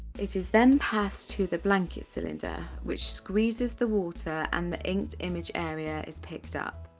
it is then passed to the blanket cylinder which squeezes the water and the inked image-area is picked up.